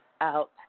out